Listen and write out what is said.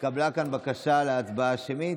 התקבלה כאן בקשה להצבעה שמית.